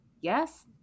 Yes